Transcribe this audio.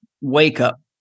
wake-up